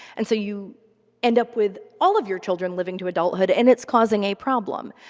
and so, you end up with all of your children living to adulthood and it's causing a problem.